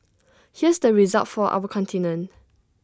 here's the result for our continent